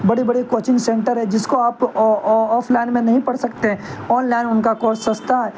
بڑی بڑی coaching centre ہے جس کو آپ آفلائن میں نہیں پڑھ سکتے آنلائن ان کا کورس سستا ہے